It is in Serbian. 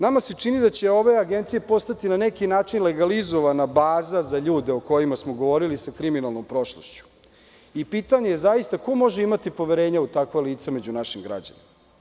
Nama se čini da će ove agencije postati na neki način legalizovana baza za ljude o kojima smo govorili, sa kriminalnom prošlošću, i pitanje je zaista ko može imati poverenja u takva lica među našim građanima?